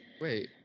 wait